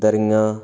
ਦਰੀਆਂ